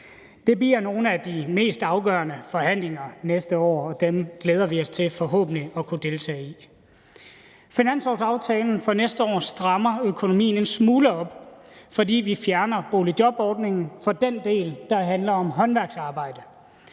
Det bliver nogle af de mest afgørende forhandlinger næste år, og dem glæder vi os til forhåbentlig at kunne deltage i. Finanslovsaftalen for næste år strammer økonomien en smule op, fordi vi fjerner boligjobordningen for den del, der handler om håndværksarbejde.